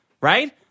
right